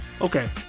Okay